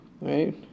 right